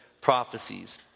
prophecies